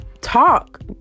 talk